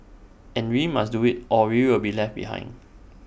and we must do IT or we'll be left behind